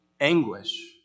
anguish